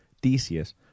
Decius